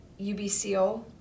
UBCO